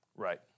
Right